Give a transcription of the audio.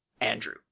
Andrew